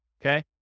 Okay